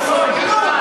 כנופיה?